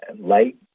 light